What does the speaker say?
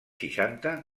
seixanta